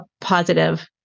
positive